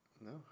No